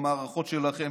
המערכות שלכם,